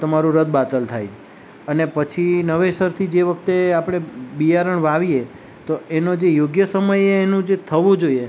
તમારું રદબાતલ થાય અને પછી નવેસરથી જે વખતે આપણે બિયારણ વાવીએ તો એનો જે યોગ્ય સમયે એનું જે થવું જોઈએ